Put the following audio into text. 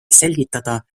selgitada